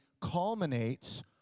culminates